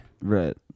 Right